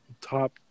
top